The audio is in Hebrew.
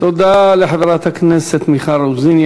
תודה לחברת הכנסת מיכל רוזין.